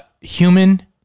Human